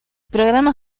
programa